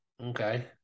Okay